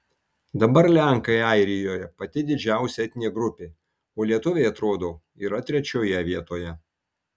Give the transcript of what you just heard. dabar lenkai airijoje pati didžiausia etninė grupė o lietuviai atrodo yra trečioje vietoje